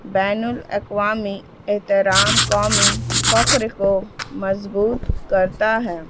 بین الاقوامی اعحترام قومی فخر کو مضبوط کرتا ہے